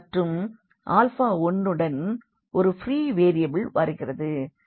மற்றும் ஆல்ஃபா 1 உடன் ஒரு வெக்டராக ப்ரீ வேரியபிள் வருகிறது